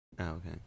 okay